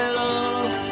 love